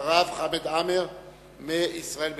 ואחריו, חבר הכנסת חמד עמאר מישראל ביתנו.